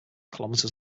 kilometers